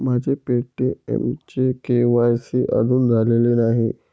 माझ्या पे.टी.एमचे के.वाय.सी अजून झालेले नाही